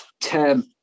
term